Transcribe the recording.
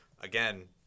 again